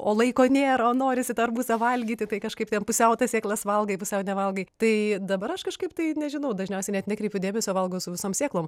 o laiko nėra o norisi tą arbūzą valgyti tai kažkaip ten pusiau tas sėklas valgai pusiau nevalgai tai dabar aš kažkaip tai nežinau dažniausiai net nekreipiu dėmesio valgau su visom sėklom